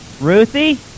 Ruthie